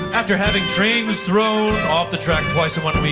after having trains thrown off the track twice in one week,